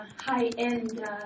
high-end